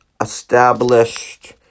established